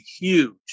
huge